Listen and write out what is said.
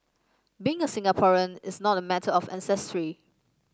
being a Singaporean is not a matter of ancestry